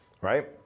right